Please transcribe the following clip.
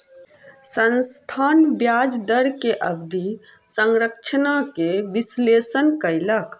संस्थान ब्याज दर के अवधि संरचना के विश्लेषण कयलक